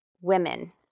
women